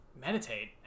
meditate